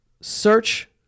search